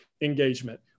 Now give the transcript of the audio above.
engagement